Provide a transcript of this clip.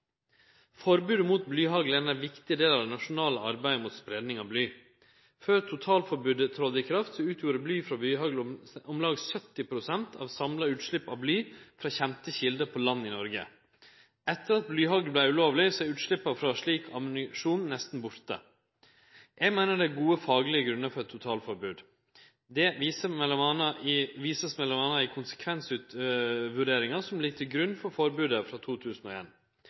Forbodet mot blyhagl er ein viktig del av det nasjonale arbeidet mot spreiing av bly. Før totalforbodet tredde i kraft, utgjorde bly frå blyhagl om lag 70 pst. av samla utslepp av bly frå kjende kjelder på land i Noreg. Etter at blyhagl vart ulovleg, er utsleppa frå slik ammunisjon nesten borte. Eg meiner det er gode faglege grunnar for eit totalforbod. Det kjem fram m.a. i konsekvensvurderinga frå 2001 som ligg til grunn for forbodet. På grunn av dei sterke giftige effektane til bly utgjer blyhagl ein